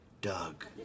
Doug